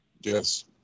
Yes